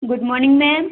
good morning ma'am